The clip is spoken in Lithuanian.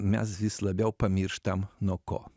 mes vis labiau pamirštam nuo ko